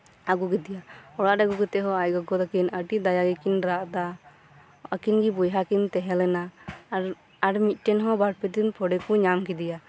ᱟᱹᱜᱩ ᱠᱤᱫᱤᱭᱟ ᱚᱲᱟᱜ ᱨᱮ ᱟᱹᱜᱩ ᱠᱟᱛᱮᱫ ᱦᱚᱸ ᱟᱡᱜᱚᱜᱚ ᱛᱟᱹᱠᱤᱱ ᱟᱹᱰᱤ ᱫᱟᱭᱟ ᱜᱮᱠᱤᱱ ᱨᱟᱜ ᱮᱫᱟ ᱟᱹᱠᱤᱱ ᱜᱮ ᱵᱚᱭᱦᱟᱠᱤᱱ ᱛᱮᱦᱮᱸ ᱞᱮᱱᱟ ᱟᱨ ᱟᱨ ᱢᱤᱫᱽᱴᱮᱱ ᱦᱚᱸ ᱵᱟᱨᱯᱮᱫᱤᱱ ᱯᱚᱨᱮᱠᱩ ᱧᱟᱢ ᱠᱤᱫᱤᱭᱟ